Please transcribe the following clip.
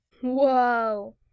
Whoa